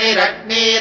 rakni